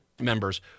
members